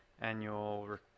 annual